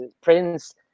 prince